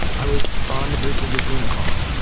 i was on the bridge of the xenophon.